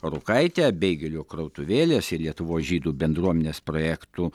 rukaite beigelių krautuvėlės ir lietuvos žydų bendruomenės projektų